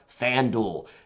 FanDuel